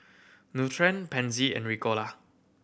Nutren Pansy and Ricola